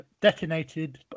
detonated